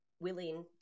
willing